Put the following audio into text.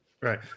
Right